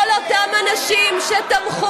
חוטובלי, משעמם